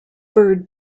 bird